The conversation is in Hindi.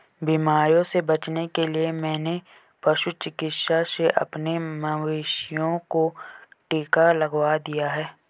बीमारियों से बचने के लिए मैंने पशु चिकित्सक से अपने मवेशियों को टिका लगवा दिया है